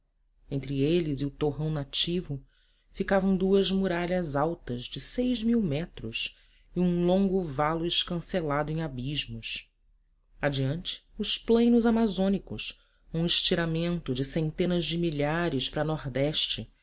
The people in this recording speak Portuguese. entre eles e o torrão nativo ficavam duas muralhas altas de seis mil metros e um longo valo escancelado em abismos adiante os plainos amazônicos um estiramento de centenares de milhas para